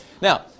Now